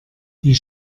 die